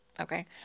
Okay